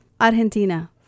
Argentina